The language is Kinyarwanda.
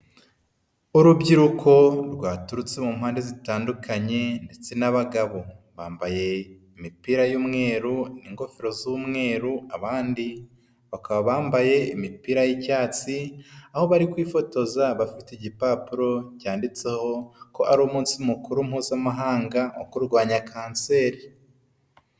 Urubyiruko rwaturutse mu mpande zitandukanye ndetse n'abagabo, bambaye imipira y'umweru n ingofero z'umweru abandi bakaba bambaye imipira y'icyatsi aho bari kwifotoza bafite igipapuro cyanditseho ko ari umunsi mukuru mpuzamahanga wo kurwanya kanseri.